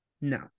No